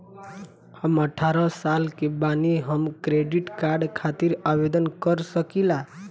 हम अठारह साल के बानी हम क्रेडिट कार्ड खातिर आवेदन कर सकीला?